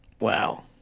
Wow